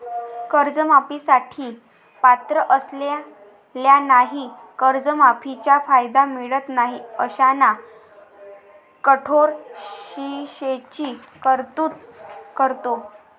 कर्जमाफी साठी पात्र असलेल्यांनाही कर्जमाफीचा कायदा मिळत नाही अशांना कठोर शिक्षेची तरतूद करतो